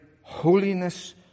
holiness